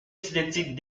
cinétique